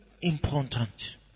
important